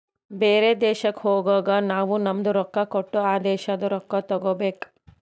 ಬೇರೆ ದೇಶಕ್ ಹೋಗಗ್ ನಾವ್ ನಮ್ದು ರೊಕ್ಕಾ ಕೊಟ್ಟು ಆ ದೇಶಾದು ರೊಕ್ಕಾ ತಗೋಬೇಕ್